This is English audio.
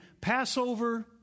Passover